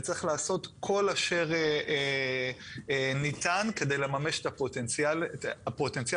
וצריך לעשות כל אשר ניתן כדי לממש את הפוטנציאל הזה,